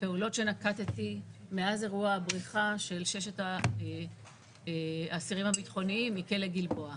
לפעולות שנקטתי מאז אירוע הבריחה של ששת האסירים הביטחוניים מכלא גלבוע.